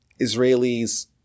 Israelis